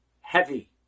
Heavy